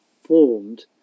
formed